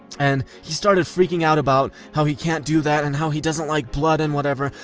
and he started freaking out about how he can't do that and how he doesn't like blood and whatever.